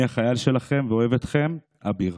אני החייל שלכם ואוהב אתכם, אביר.